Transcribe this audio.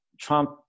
Trump